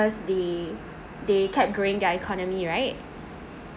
they they kept growing their economy right